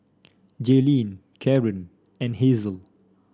Jaylin Karon and Hazle